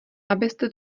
abyste